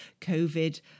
COVID